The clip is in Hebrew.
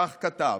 כך כתב: